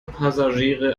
passagiere